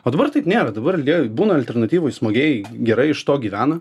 o dabar taip nėra dabar jie būna alternatyvoj smagiai gerai iš to gyvena